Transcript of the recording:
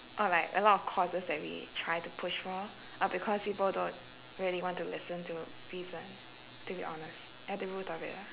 or like a lot causes that we try to push for are because people don't really want to listen to reason to be honest at the root of it lah